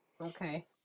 Okay